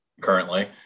currently